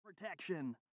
Protection